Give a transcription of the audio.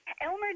Elmer